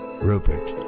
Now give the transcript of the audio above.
Rupert